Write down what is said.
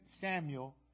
Samuel